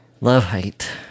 Love-hate